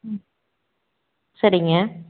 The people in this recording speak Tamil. ம் சரிங்க